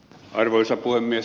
arvoisa puhemies